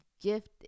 gift